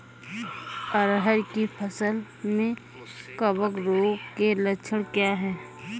अरहर की फसल में कवक रोग के लक्षण क्या है?